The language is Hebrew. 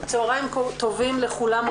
צהריים טובים לכולם,